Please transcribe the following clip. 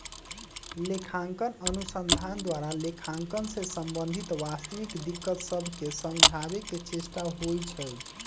लेखांकन अनुसंधान द्वारा लेखांकन से संबंधित वास्तविक दिक्कत सभके समझाबे के चेष्टा होइ छइ